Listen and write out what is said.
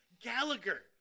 Gallagher